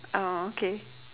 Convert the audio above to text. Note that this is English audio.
oh okay